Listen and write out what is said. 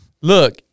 look